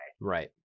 right